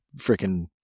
freaking